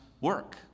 work